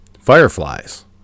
fireflies